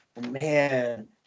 Man